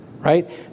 right